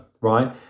right